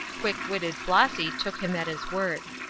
quick-witted flossy took him at his word.